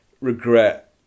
regret